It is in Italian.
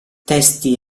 testi